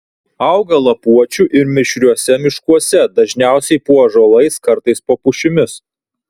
auga lapuočių ir mišriuose miškuose dažniausiai po ąžuolais kartais po pušimis